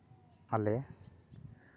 ᱟᱞᱮ